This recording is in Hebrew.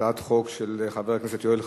הצעת החוק של חבר הכנסת יואל חסון,